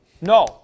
No